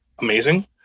amazing